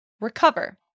recover